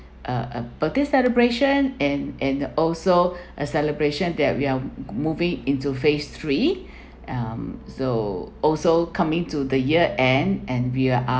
a a birthday celebration and and also a celebration that we are moving into phase three mm so also coming to the year end and we